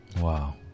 Wow